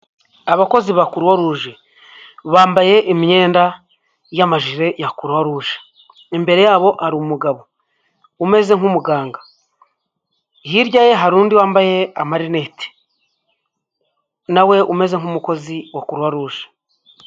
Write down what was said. Abakozi ba Kuruwaruje bambaye imyenda y'amajire ya Kuruwaruje, imbere yabo hari umugabo umeze nk'umuganga, hirya ye hari undi wambaye amarinete na we umeze nk'umukozi wa Kuruwaruje.